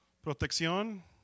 Protección